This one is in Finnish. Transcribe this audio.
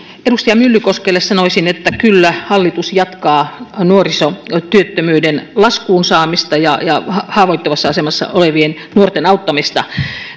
edustaja myllykoskelle sanoisin että kyllä hallitus jatkaa nuorisotyöttömyyden laskuun saamista ja ja haavoittuvassa asemassa olevien nuorten auttamista